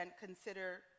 consider